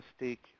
mistake